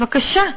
בבקשה,